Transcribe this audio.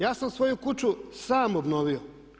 Ja sam svoju kuću sam obnovio.